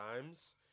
times